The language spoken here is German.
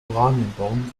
oranienbaum